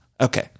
Okay